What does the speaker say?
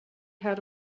had